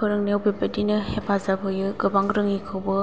फोरोंनायाव बेबायदिनो हेफाजाब होयो गोबां रोङिखौबो